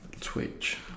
Twitch